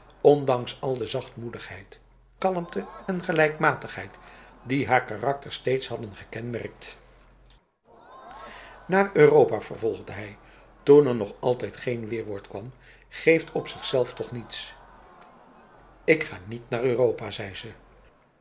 ondanks al de zachtmoedigheid kalmte en gelijkmatigheid die haar karakter steeds hadden gekenmerkt naar europa vervolgde hij toen er nog altijd geen weerwoord kwam geeft op zichzelf toch niets ik ga niet naar europa zei ze